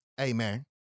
Amen